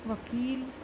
وکیل